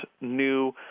new